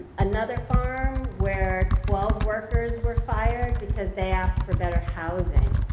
another farm where twelve workers were fired because they asked for better housing.